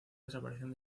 desaparición